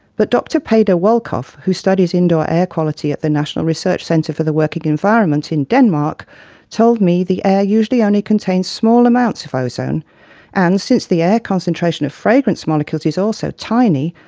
but, dr peder wolkoff, who studies indoor air quality at the national research centre for the working environment in denmark told me the air usually only contains small amounts of ozone and, since the air concentration of fragrance molecules is also tiny,